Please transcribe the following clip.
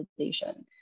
validation